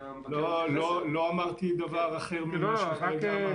לא אמרתי דבר אחר ממה שאתה אמרת.